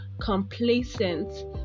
complacent